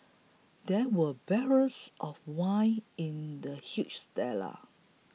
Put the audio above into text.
there were barrels of wine in the huge stellar